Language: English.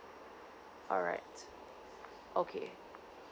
alright okay